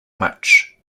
much